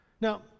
Now